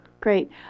Great